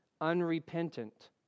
unrepentant